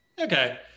Okay